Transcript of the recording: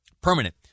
Permanent